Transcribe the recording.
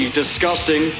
disgusting